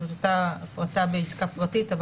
זאת הייתה הפרטה בעסקה פרטית.